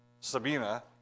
Sabina